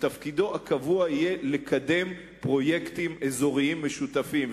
שתפקידו הקבוע יהיה לקדם פרויקטים אזוריים משותפים.